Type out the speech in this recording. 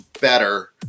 better